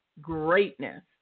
greatness